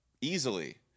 easily